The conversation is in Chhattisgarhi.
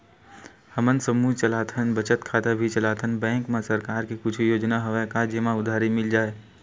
हमन समूह चलाथन बचत खाता भी चलाथन बैंक मा सरकार के कुछ योजना हवय का जेमा उधारी मिल जाय?